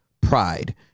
pride